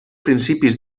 principis